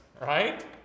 right